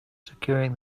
securing